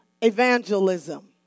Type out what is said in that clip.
evangelism